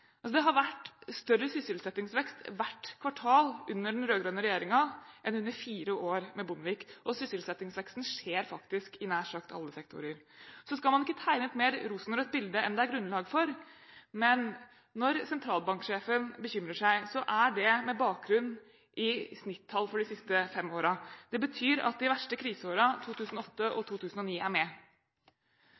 Det har vært større sysselsettingsvekst hvert kvartal under den rød-grønne regjeringen enn under fire år med Bondevik, og sysselsettingsveksten skjer faktisk i nær sagt alle sektorer. Man skal ikke tegne et mer rosenrødt bilde enn det er grunnlag for, men når sentralbanksjefen bekymrer seg, er det med bakgrunn i snittall for de siste fem årene. Det betyr at de verste kriseårene, 2008 og 2009, er med.